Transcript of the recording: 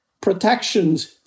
protections